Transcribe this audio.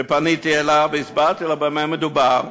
שפניתי אליו והסברתי לו במה מדובר.